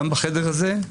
גם בחדר הזה,